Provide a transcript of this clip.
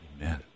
Amen